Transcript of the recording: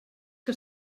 que